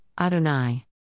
Adonai